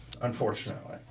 Unfortunately